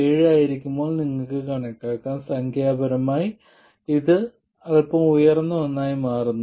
7 ആയിരിക്കുമ്പോൾ നിങ്ങൾക്ക് കണക്കാക്കാം സംഖ്യാപരമായി ഇത് അൽപ്പം ഉയർന്ന ഒന്നായി മാറുന്നു